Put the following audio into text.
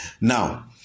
now